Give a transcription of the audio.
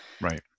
Right